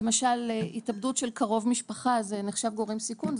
למשל התאבדות של קרוב משפחה זה נחשב גורם סיכון,